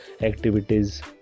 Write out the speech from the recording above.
activities